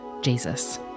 Jesus